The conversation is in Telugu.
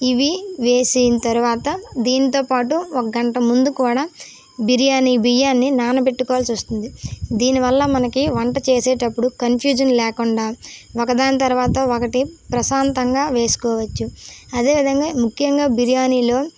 ఇవి వేసిన తరువాత దీంతోపాటు ఒక గంట ముందు కూడా బిర్యానీ బియ్యాన్ని నానబెట్టుకోవాల్సి వస్తుంది దీని వల్ల మనకి వంట చేసేటప్పుడు కన్ఫ్యూషన్ లేకుండా ఒక దాని తరువాత ఒకటి ప్రశాంతగా వేసుకోవచ్చు అదే విధంగా ముఖ్యంగా బిర్యానీలో